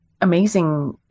amazing